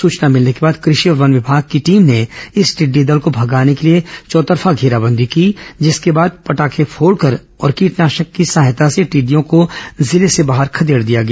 सूचना भिलने के बाद कृषि और वन विभाग की टीम ने इस टिड्डी दल को भगाने के लिए चौतरफा घेराबंदी की जिसके बाद पटाखें फोड़कर और कीटनाशक की सहायता से टिडि़डयों को जिले से बाहर खदेड दिया गया